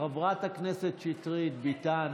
חברת הכנסת שטרית, ביטן,